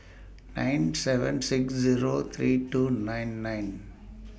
nine seven six Zero three two nine nine